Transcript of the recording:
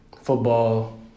football